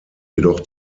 jedoch